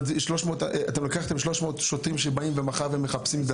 אתם לקחתם שלוש מאות שוטרים שבאים מחר ומחפשים,